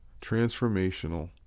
Transformational